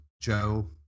Joe